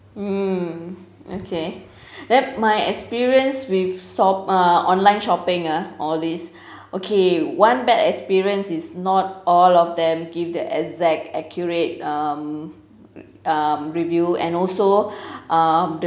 mm okay then my experience with shop uh online shopping ah all these okay one bad experience is not all of them give the exact accurate um um review and also um